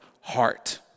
heart